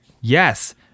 Yes